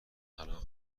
الان